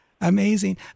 Amazing